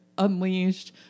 unleashed